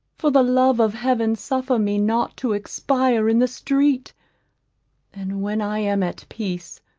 for the love of heaven suffer me not to expire in the street and when i am at peace,